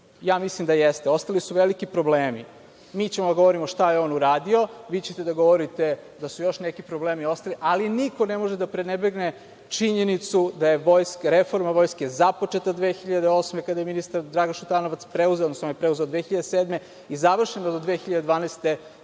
Ja mislim da jeste. Ostali su veliki problemi. Mi ćemo da govorimo šta je on uradio, a vi ćete da govorite da su još neki problemi ostali, ali niko ne može da prenebregne činjenicu da je reforma Vojske započeta 2008. godine kada je ministar Dragan Šutanovac preuzeo, odnosno on je preuzeo 2007. godine, završeno do 2012.